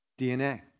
DNA